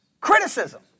Criticism